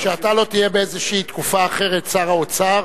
רק שאתה לא תהיה באיזו תקופה אחרת שר האוצר,